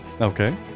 Okay